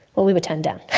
well, we were turned down.